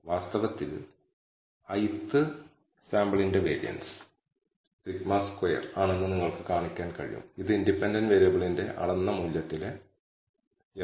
രണ്ടിൽ കൂടുതൽ സാമ്പിളുകളാണ് ഇവിടെ നിങ്ങളുടെ വേരിയബിളിറ്റി ആ വേരിയബിളിറ്റി ഡിപെൻഡന്റ് വേരിയബിളിലെ എറർ മൂലമാണ് ഉണ്ടാകുന്നത്